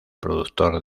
productor